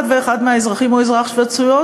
ואחד מהאזרחים הוא אזרח שווה-זכויות,